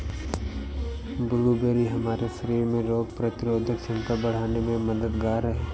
blueberry हमारे शरीर में रोग प्रतिरोधक क्षमता को बढ़ाने में मददगार है